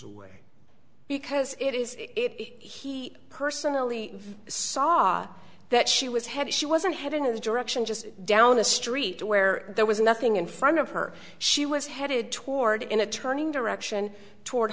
away because it is it he personally saw that she was had she wasn't head in the direction just down the street where there was nothing in front of her she was headed toward in a turning direction toward